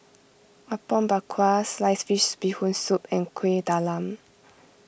Apom Berkuah Sliced Fish Bee Hoon Soup and Kueh Talam